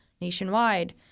nationwide